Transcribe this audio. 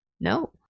No